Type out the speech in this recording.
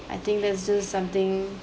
I think that's just something